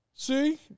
See